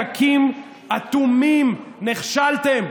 מנותקים, אטומים, נכשלתם.